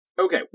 Okay